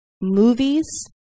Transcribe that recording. movies